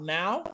now